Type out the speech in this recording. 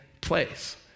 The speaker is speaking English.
Place